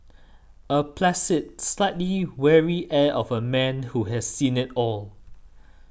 a placid slightly weary air of a man who has seen it all